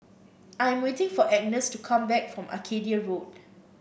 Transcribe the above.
I'm waiting for Agnes to come back from Arcadia Road